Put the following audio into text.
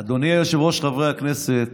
אדוני היושב-ראש, חברי הכנסת,